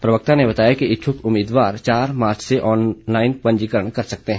प्रवक्ता ने बताया कि इच्छुक उम्मीदवार चार मार्च से ऑनलाईन पंजीकरण कर सकते हैं